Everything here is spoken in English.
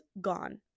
gone